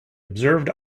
observed